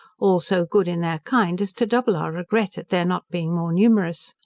all so good in their kind, as to double our regret at their not being more numerous.